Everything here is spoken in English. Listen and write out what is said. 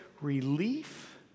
relief